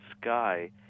sky